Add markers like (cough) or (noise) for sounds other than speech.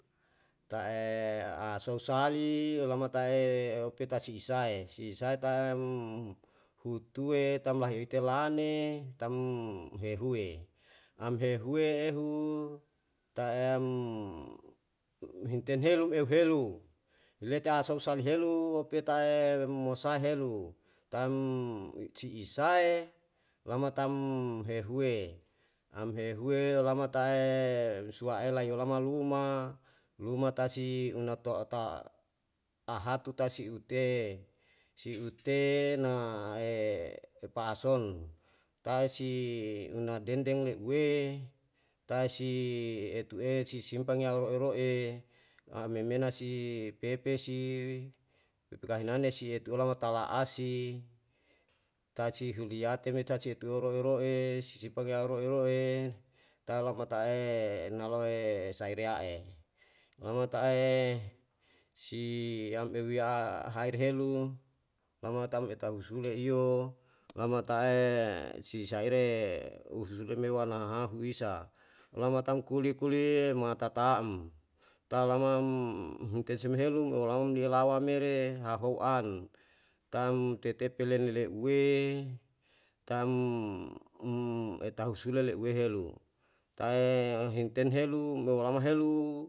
Ta'e asou sali olama ta'e opetasi isae, si isae tam hutuwe tam lahotiye lane, tam hehuwe. Amhehuwe ehu, taeam humtenhelu euhelu lete asou salihelu ope ta'e mosae helu, tam si isae lama hehuwe, tam hehuwe yo lamatae nusuwaela yolama luma, lumata si una to ta ahatu tae si ute, si ute nae pason tae si una dendeng leuwe tae si etu'e si simpang yaoro'e ro'e amemena, pepesi, pepe kahinane si etu'e lama tala asi, tae si hiliyate me tae si tuwe ro'e ro'e, si sipageya ro'e ro'e, tau lamata'e naloe saireya'e. Mama'e si yam euyaha heirehelu wama tam etausule iyo, lamata'e is saire isusule wana hahu isa. Lama tam kuli kuliye mata taam, ta'lama. (hesitation) um huntese me helu mo lama niyem lawa mere ha ou an, tam tetepe lene leuwe tam um etahusule leuwe helu, tae himten helu mo malama helu